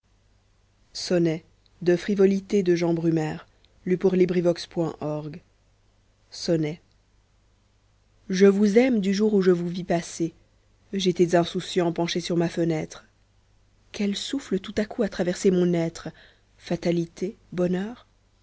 sonnet je vous aime du jour où je vous vis passer j'étais insouciant penché sur ma fenêtre quel souffle tout-à-coup a traversé mon être fatalité bonheur